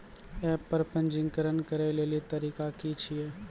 App पर पंजीकरण करै लेली तरीका की छियै?